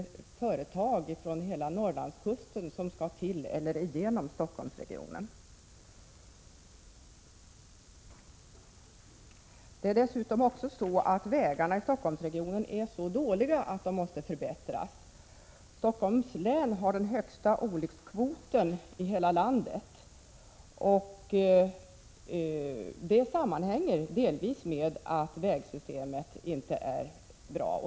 företag från hela Norrlandskusten som skall till eller igenom Stockholmsregionen. Vägarna i Stockholmsregionen är dessutom så dåliga att de måste förbättras. Stockholms län har den högsta olyckskvoten i hela landet, och det sammanhänger delvis med att vägsystemet inte är bra.